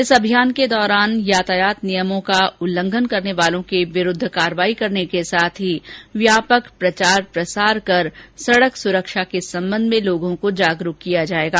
इस अभियान के दौरान यातायात नियमों का उल्लंघन करने वालों के विरूद्व कार्यवाही करने के साथ ही व्यापक प्रचार प्रसार कर सडक सुरक्षा के सम्बन्ध में जनचेतना जागृत की जायेगी